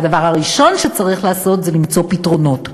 והדבר הראשון שצריך לעשות זה למצוא פתרונות,